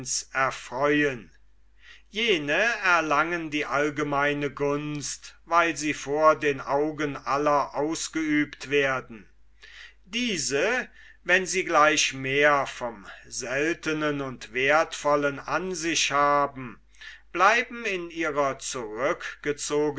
erfreuen jene erlangen die allgemeine gunst weil sie vor den augen aller ausgeübt werden diese wenn sie gleich mehr vom seltenen und werthvollen an sich haben bleiben in ihrer